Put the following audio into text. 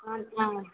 ஆ ஆ